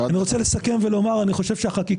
(מקרין שקף, שכותרתו: המחשה